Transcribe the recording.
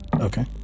Okay